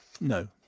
no